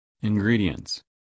Ingredients